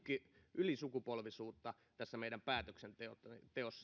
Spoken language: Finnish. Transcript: ylisukupolvisuutta meidän päätöksenteossamme